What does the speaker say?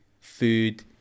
food